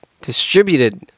distributed